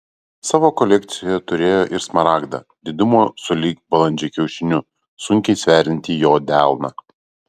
savo kolekcijoje turėjo ir smaragdą didumo sulig balandžio kiaušiniu sunkiai sveriantį jo delną